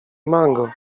mango